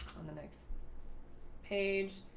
on the next page,